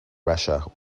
russia